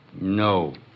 No